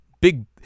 Big